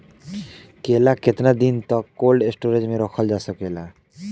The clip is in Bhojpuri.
केला केतना दिन तक कोल्ड स्टोरेज में रखल जा सकेला?